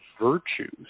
virtues